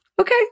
okay